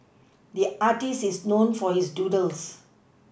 the artist is known for his doodles